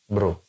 Bro